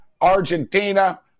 Argentina